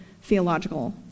theological